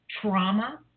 trauma